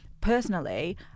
Personally